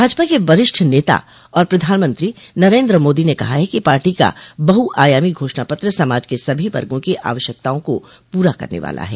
भाजपा के वरिष्ठ नेता और प्रधानमंत्री नरेन्द्र मोदी ने कहा है कि पार्टी का बहुआयामी घोषणा पत्र समाज के सभी वर्गों की आवश्यकताओं को पूरा करने वाला ह